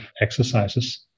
exercises